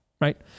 right